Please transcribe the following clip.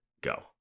Go